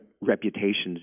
reputations